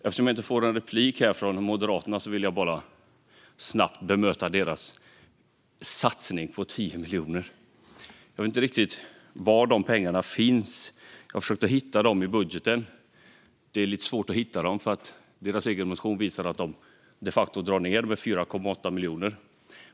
Eftersom jag inte får någon replik här från Moderaterna vill jag bara snabbt bemöta deras satsning på 10 miljoner. Jag vet inte riktigt var de pengarna finns. Jag har försökt att hitta dem i budgeten. Det är dock lite svårt att hitta dem, för deras egen motion visar de facto att de drar ned med 4,8 miljoner.